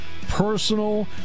personal